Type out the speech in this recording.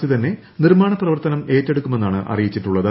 C തന്നെ നിർമ്മാണ പ്രവർത്തനം ഏറ്റെടുക്കുമെന്നാണ് അറിയിച്ചിട്ടുള്ളത്